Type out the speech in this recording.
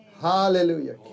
Hallelujah